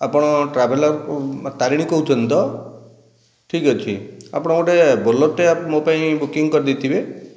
ଆପଣ ଟ୍ରାଭେଲର ମାଆ ତାରିଣୀ କହୁଛନ୍ତି ତ ଠିକ୍ ଅଛି ଆପଣ ଗୋଟିଏ ବୋଲରଟେ ଆଉ ମୋ ପାଇଁ ବୁକିଂ କରିଦେଇଥିବେ